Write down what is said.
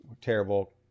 terrible